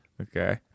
Okay